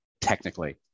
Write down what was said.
technically